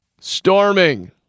Storming